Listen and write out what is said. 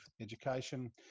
Education